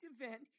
event